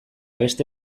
beste